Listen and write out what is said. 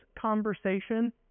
conversation